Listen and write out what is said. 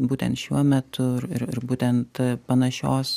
būtent šiuo metu ir ir ir būtent panašios